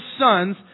sons